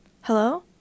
Hello